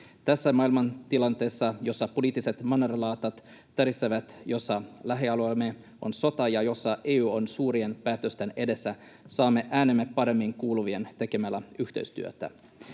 Tässä maailmantilanteessa, jossa poliittiset mannerlaatat tärisevät, jossa lähialueillamme on sota ja jossa EU on suurien päätösten edessä, saamme äänemme paremmin kuuluviin tekemällä yhteistyötä.